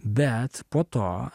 bet po to